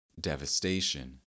devastation